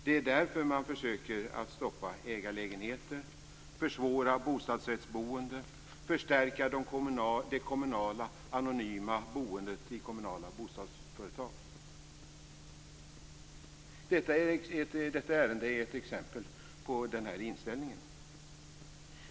Det är därför man försöker att stoppa ägarlägenheter, försvåra bostadsrättsboende, förstärka det kommunala anonyma boendet i kommunala bostadsföretag. Detta ärende är ett exempel på den inställningen.